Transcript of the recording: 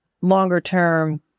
longer-term